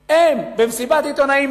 הם אתי במסיבת עיתונאים,